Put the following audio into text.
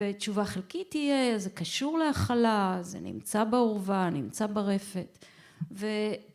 בתשובה חלקית יהיה איזה קשור לאכלה זה נמצא בעורבה נמצא ברפת